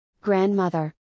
Grandmother